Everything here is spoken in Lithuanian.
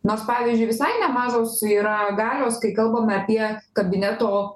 nors pavyzdžiui visai nemažos yra galios kai kalbame apie kabineto